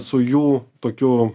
su jų tokiu